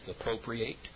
appropriate